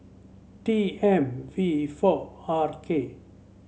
T M V four Red K